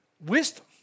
wisdom